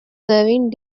serving